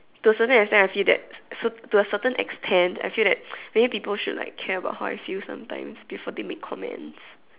to a certain extent I see that to a certain extent I feel that maybe people should like care about how I feel sometimes before they make comments